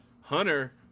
Hunter